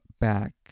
back